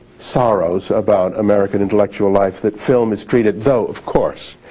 sorrows about american intellectual life that film is treated, though of course,